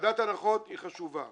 ועדת ההנחות היא ועדה חשובה.